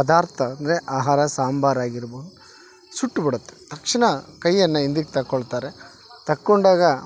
ಪದಾರ್ಥ ಅಂದರೆ ಆಹಾರ ಸಾಂಬರು ಆಗಿರ್ಬೋದು ಸುಟ್ಟು ಬಿಡುತ್ತೆ ತಕ್ಷಣ ಕೈಯನ್ನ ಹಿಂದಿಕ್ ತಕೊಳ್ತಾರೆ ತಕ್ಕೊಂಡಾಗ